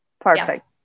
perfect